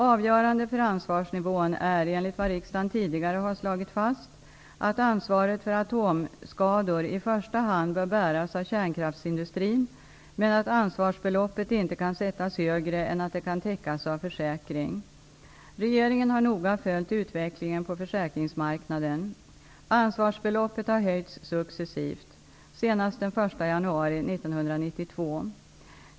Avgörande för ansvarsnivån är enligt vad riksdagen tidigare har slagit fast att ansvaret för atomskador i första hand bör bäras av kärnkraftsindustrin men att ansvarsbeloppet inte kan sättas högre än att det kan täckas av försäkring. Regeringen har noga följt utvecklingen på försäkringsmarknaden. Ansvarsbeloppet har höjts successivt, senast den 1 januari 1992.